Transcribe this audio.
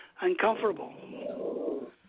uncomfortable